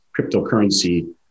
cryptocurrency